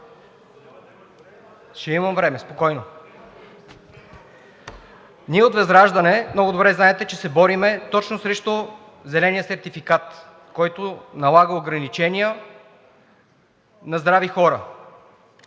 Ще имам време, спокойно. Ние от ВЪЗРАЖДАНЕ много добре знаете, че се борим точно срещу зеления сертификат, който налага ограничения на здрави хора.